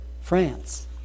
France